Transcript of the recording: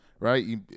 Right